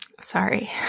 Sorry